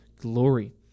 glory